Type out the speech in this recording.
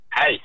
Hey